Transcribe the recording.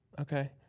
Okay